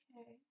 okay